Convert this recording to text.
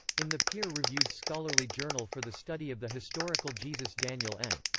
in the peer-reviewed scholarly journal for the study of the historical jesus daniel n.